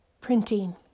printing